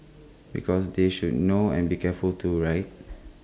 because they should know and be careful too right